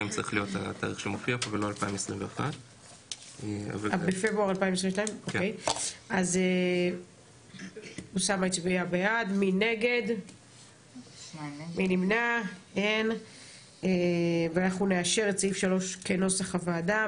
זה 2022 צריך להיות התאריך שמופיע פה ולא 2021. פברואר 2022. נאשר את סעיף 3 כנוסח הוועדה.